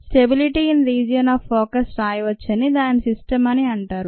stability in region of focus రాయవచ్చని దానిని system అని అంటారు